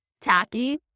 Tacky